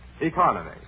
economy